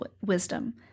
wisdom